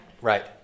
Right